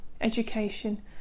education